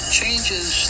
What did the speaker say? changes